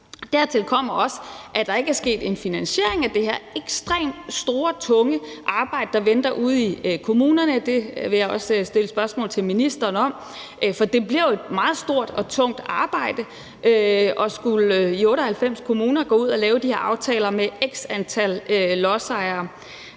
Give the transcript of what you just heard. Dertil kommer også, at der ikke er sket en finansiering af det her ekstremt store, tunge arbejde, der venter ude i kommunerne. Det vil jeg også stille spørgsmål om til ministeren. For det bliver jo et meget stort og tungt arbejde i 98 kommuner at skulle gå ud og lave de her aftaler med x antal lodsejere.